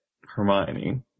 Hermione